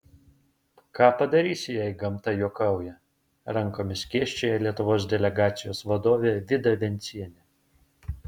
ką padarysi jei gamta juokauja rankomis skėsčiojo lietuvos delegacijos vadovė vida vencienė